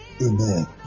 amen